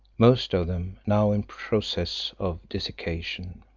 most of them now in process of desiccation.